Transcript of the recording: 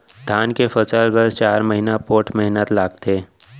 धान के फसल बर चार महिना पोट्ठ मेहनत लागथे